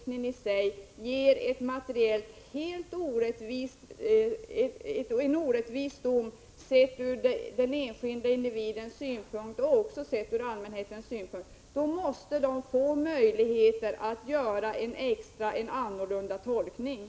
När en domstol finner att lagstiftningen annars skulle leda till en från den enskilde individens eller från allmänhetens synpunkt sett orättvis dom, måste den ha möjligheter att göra en tolkning som ger annat resultat.